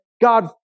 God